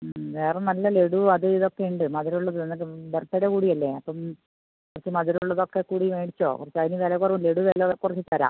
വേറെ നല്ല ലഡു അതും ഇതും ഒക്കെയുണ്ട് മധുരം ഉള്ളത് എന്നാലും ബർത്ത് ഡേ കൂടിയല്ലേ അപ്പം കുറച്ച് മധുരം ഉള്ളതൊക്കെ കൂടി മേടിച്ചോ കുറച്ച് അതിന് വില കുറവ് ലഡു വില കുറഞ്ഞ് തരാം